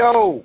Yo